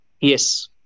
Yes